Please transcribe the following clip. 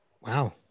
Wow